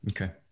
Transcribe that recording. Okay